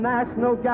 National